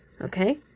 Okay